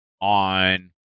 on